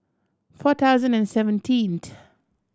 four thousand and seventeenth